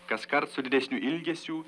kaskart su didesniu ilgesiu